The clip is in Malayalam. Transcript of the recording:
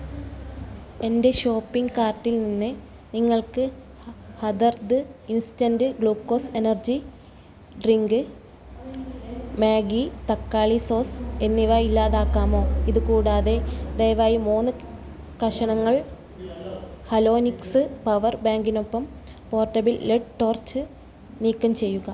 എന്റെ ഷോപ്പിംഗ് കാർട്ടിൽ നിന്ന് നിങ്ങൾക്ക് ഹ ഹദർദ് instant glucose energy drink Maggi തക്കാളി സോസ് എന്നിവ ഇല്ലാതാക്കാമോ ഇത് കൂടാതെ ദയവായി മൂന്ന് കഷണങ്ങൾ ഹലോനിക്സ് പവർ ബാങ്കിനൊപ്പം പോർട്ടബിൾ ലെഡ് ടോർച്ച് നീക്കം ചെയ്യുക